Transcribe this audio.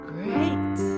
Great